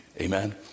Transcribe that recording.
Amen